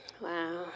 Wow